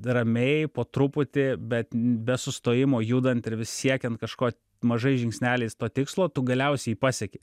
ramiai po truputį be be sustojimo judant ir vis siekiant kažko mažais žingsneliais to tikslo tu galiausiai pasieki